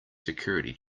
security